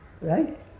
Right